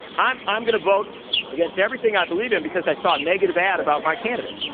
i'm i'm going to vote against everything i believe in, because i saw a negative ad about my candidate.